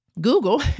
Google